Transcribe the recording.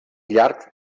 llarg